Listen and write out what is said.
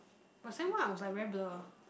but sem one I was like very blur